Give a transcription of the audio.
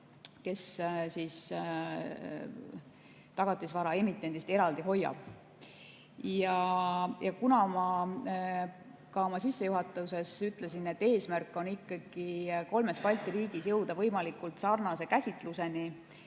kes tagatisvara emitendist eraldi hoiab. Ma ka oma sissejuhatuses ütlesin, et eesmärk on ikkagi kolmes Balti riigis jõuda võimalikult sarnase käsituseni,